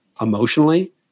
emotionally